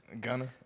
Gunner